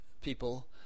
people